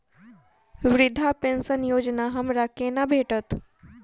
वृद्धा पेंशन योजना हमरा केना भेटत?